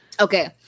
Okay